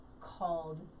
called